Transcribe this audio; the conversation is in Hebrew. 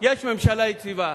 יש ממשלה יציבה,